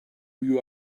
you